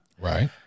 Right